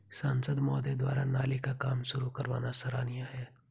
सांसद महोदय द्वारा नाली का काम शुरू करवाना सराहनीय है